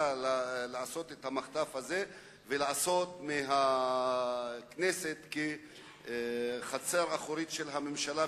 לעשות את המחטף הזה ולעשות מהכנסת חצר אחורית של הממשלה,